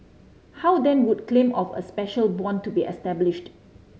how then would claim of a special bond be established